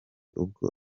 ubwo